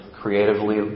creatively